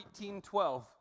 1812